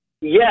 Yes